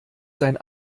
sein